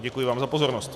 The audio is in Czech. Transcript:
Děkuji vám za pozornost.